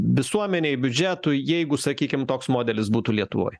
visuomenei biudžetui jeigu sakykim toks modelis būtų lietuvoj